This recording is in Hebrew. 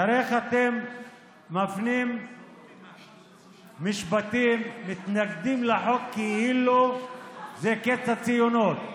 תראה איך אתם מפנים משפטים ומתנגדים לחוק כאילו זה קץ הציונות.